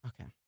Okay